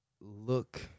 look